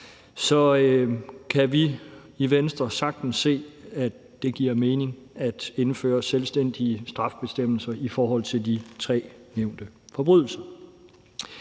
i Ukraine og for at fjerne enhver giver mening at indføre selvstændige straffebestemmelser i forhold til de tre nævnte typer forbrydelser.